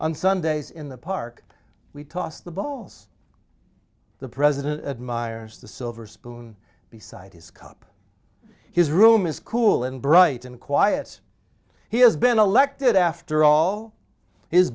on sundays in the park we toss the balls the president admires the silver spoon beside his cup his room is cool and bright and quiet he has been elected after all his